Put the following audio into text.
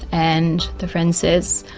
and the friend says,